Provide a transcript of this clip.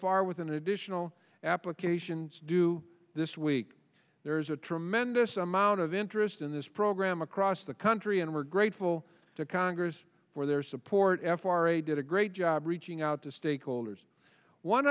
far with an additional applications due this week there's a tremendous amount of interest in this program across the country and we're grateful to congress for their support f r a did a great job reaching out to stakeholders one